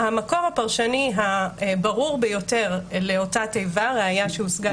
המקור הפרשני הברור ביותר לאותה תיבה "ראיה שהושגה שלא כדין"